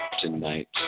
tonight